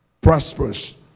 prosperous